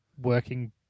working